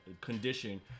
condition